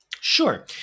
Sure